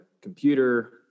computer